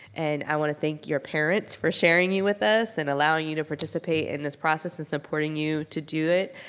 and i wanna thank your parents for sharing you with us and allowing you to participate in this process and supporting you to do it.